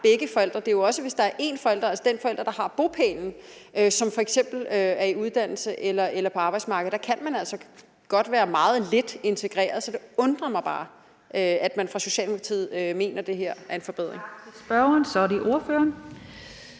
begge forældre; det er jo også, hvis der er én forælder, altså den forælder, der har bopælen, som f.eks. er i uddannelse eller på arbejdsmarkedet. Der kan man altså godt være meget lidt integreret, så det undrer mig bare, at man fra Socialdemokratiet mener at det her er en forbedring. Kl. 14:10 Den fg. formand